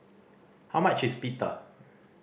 how much is Pita